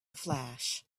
flash